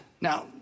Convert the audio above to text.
Now